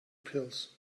pills